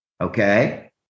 Okay